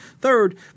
Third